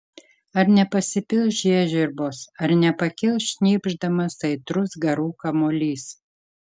ar nepasipils žiežirbos ar nepakils šnypšdamas aitrus garų kamuolys